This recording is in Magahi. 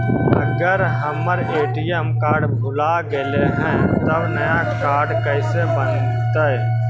अगर हमर ए.टी.एम कार्ड भुला गैलै हे तब नया काड कइसे बनतै?